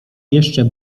jeszcze